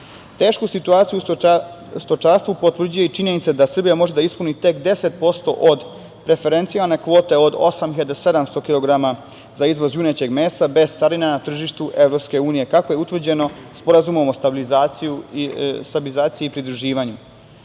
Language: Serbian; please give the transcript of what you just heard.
mesa. Tešku situaciju u stočarstvu potvrđuje i činjenica da Srbija može da ispuni tek 10% od referencione kvote od 8.700 kilograma za izvoz junećeg mesa bez carine na tržište EU, kako je utvrđeno Sporazumom o stabilizaciji i pridruživanju.